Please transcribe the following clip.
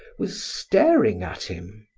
was staring at him.